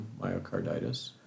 myocarditis